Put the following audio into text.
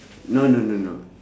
no no no no